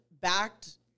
backed